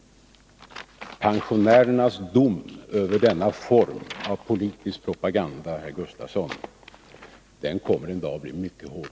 Pensionärernas dom över denna form av politisk propaganda kommer, herr Gustavsson, en dag att bli mycket hård.